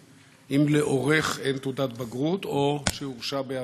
אם לעורך אין תעודת בגרות או שהוא הורשע בעבר,